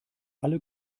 alle